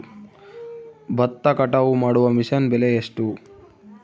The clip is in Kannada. ಭತ್ತ ಕಟಾವು ಮಾಡುವ ಮಿಷನ್ ಬೆಲೆ ಎಷ್ಟು?